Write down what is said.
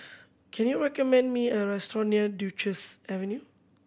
can you recommend me a restaurant near Duchess Avenue